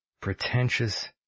Pretentious